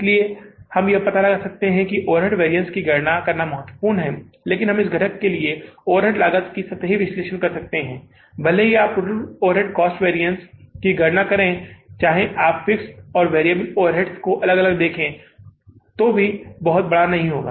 इसलिए हम यह पता लगा सकते हैं कि ओवरहेड वेरिएंस की गणना करना महत्वपूर्ण है लेकिन हम इस घटक के लिए ओवरहेड लागत का सतही विश्लेषण कर सकते हैं भले ही आप टोटल ओवरहेड कॉस्ट वैरिअन्स की गणना करें और चाहे आप फिक्स्ड और वेरिएबल ओवरहेड वेरिएंस को अलग अलग देखे तो भी बहुत बड़ा नहीं होगा